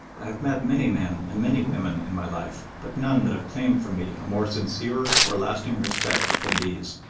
i have met many men and many women in my life, but none that have claimed from me a more sincere or lasting respect than these.